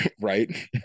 Right